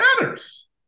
matters